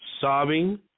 sobbing